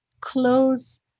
close